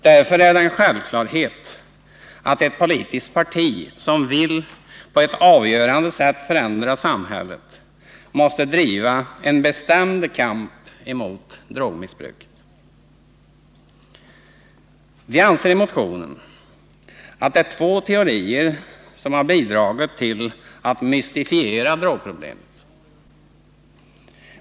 Därför är det en självklarhet att ett politiskt parti som vill på ett avgörande sätt förändra samhället måste bedriva en bestämd kamp mot allt drogmissbruk. Vi säger i motionen att det är två teorier som har bidragit till att mystifiera drogproblemet.